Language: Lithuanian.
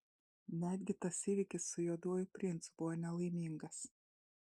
netgi tas įvykis su juoduoju princu buvo nelaimingas